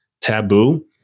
taboo